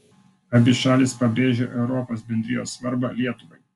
abi šalys pabrėžia europos bendrijos svarbą lietuvai